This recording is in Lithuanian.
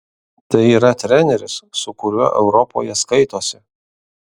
tai yra treneris su kuriuo europoje skaitosi